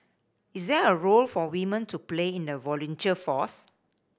is there a role for women to play in the volunteer force